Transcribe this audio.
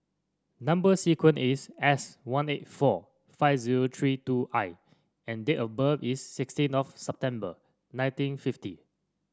number sequence is S one eight four five zero three two I and date of birth is sixteen of September nineteen fifty